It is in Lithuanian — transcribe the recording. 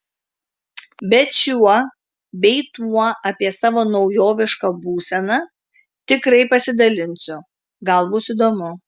bet šiuo bei tuo apie savo naujovišką būseną tikrai pasidalinsiu gal bus įdomu